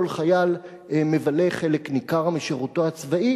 כל חייל מבלה חלק ניכר משירותו הצבאי